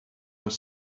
were